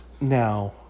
Now